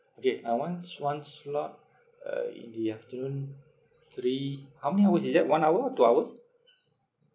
okay I wants one slot uh in the afternoon three how many hours is that one hour or two hours